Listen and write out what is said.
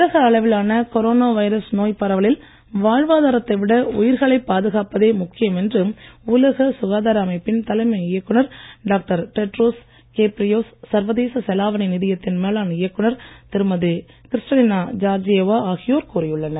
உலக அளவிலான corona virus நோய்ப் பரவலில் வாழ்வாதாரத்தை விட உயிர்களைப் பாதுகாப்பதே முக்கியம் என்று உலக சுகாதார அமைப்பின் தலைமை இயக்குநர் டாக்டர் டெட்ரோஸ் கேப்ரியேசுஸ் சர்வதேச செலாவணி நிதியத்தின் மேலாண் இயக்குநர் திருமதி கிறிஸ்டலீனா ஜார்ஜியேவா ஆகியோர் கூறியுள்ளனர்